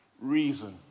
reason